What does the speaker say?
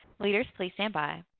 leaders please stand by.